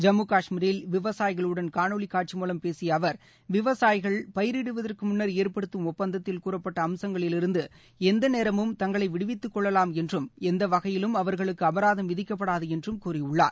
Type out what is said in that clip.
ஜம்மு காஷமீரில் விவசாயிகளுடன் காணொளி காட்சி மூலம் பேசிய அவர் விவசாயிகள் பயிரிடுவதற்கு முன்னர் ஏற்படுத்தும் ஒப்பந்ததத்தில் கூறப்பட்ட அம்சங்களிலிருந்து எந்த நேரமும் தங்களை விடுவித்துக் கொள்ளலாம் என்றும் எந்த வகையிலும் அவர்களுக்கு அபராதம் விதிக்கப்படாது என்றும் கூறியுள்ளார்